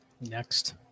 Next